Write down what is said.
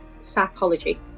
psychology